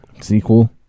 sequel